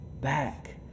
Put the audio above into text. back